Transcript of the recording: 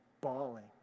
bawling